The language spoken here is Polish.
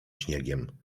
śniegiem